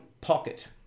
pocket